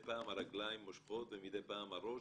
פעם הרגליים מושכות ומדי פעם הראש,